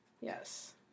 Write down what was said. Yes